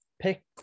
pick